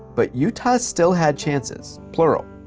but utah still had chances, plural.